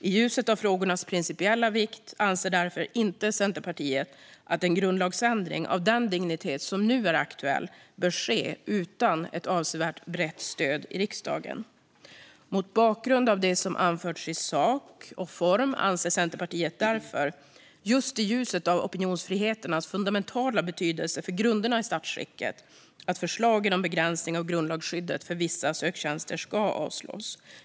I ljuset av frågornas principiella vikt anser därför inte Centerpartiet att en grundlagsändring av den dignitet som nu är aktuell bör ske utan ett avsevärt brett stöd i riksdagen. Mot bakgrund av det som anförts i sak och form anser Centerpartiet därför, just i ljuset av opinionsfriheternas fundamentala betydelse för grunderna i statsskicket, att förslagen om begränsning av grundlagsskyddet för vissa söktjänster ska avslås.